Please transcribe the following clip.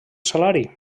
salari